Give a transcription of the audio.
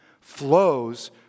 flows